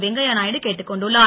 வெங்கையா நாயுடு கேட்டுக் கொண்டுள்ளார்